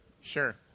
Sure